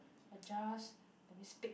adjust let me speak